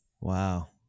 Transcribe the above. wow